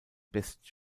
besten